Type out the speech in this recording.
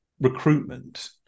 recruitment